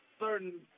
certain